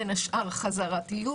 ובין השאר חזרתיות,